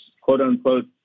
quote-unquote